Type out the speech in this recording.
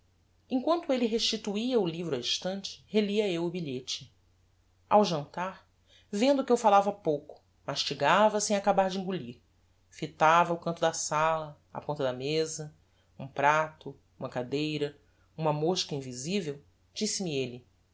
emquanto elle restituia o livro á estante relia eu o bilhete ao jantar vendo que eu falava pouco mastigava sem acabar de engulir fitava o canto da sala a ponta da meza um prato uma cadeira uma mosca invisivel disse-me elle